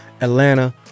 Atlanta